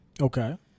Okay